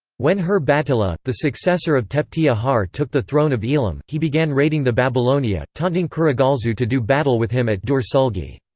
when hur-batila, the successor of tepti ahar took the throne of elam, he began raiding the babylonia, taunting kurigalzu to do battle with him at dur-sulgi.